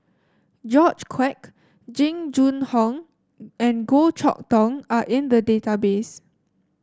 George Quek Jing Jun Hong and Goh Chok Tong are in the database